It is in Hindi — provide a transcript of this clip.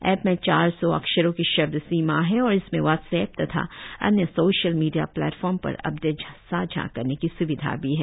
ऐप में चार सौ अक्षरों की शब्द सीमा है और इसमें व्हाट्सएप तथा अन्य सोशल मीडिया प्लेटफॉर्म पर अपडेट सांझा करने की स्विधा भी है